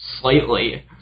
slightly